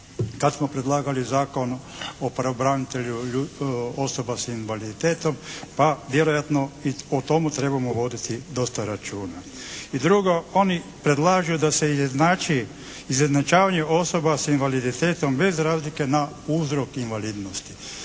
kad smo predlagali Zakon o pravobranitelju osoba sa invaliditetom, pa vjerojatno i o tomu trebamo voditi dosta računa. I drugo, oni predlažu da se izjednačavanje osoba sa invaliditetom bez razlike na uzrok invalidnosti.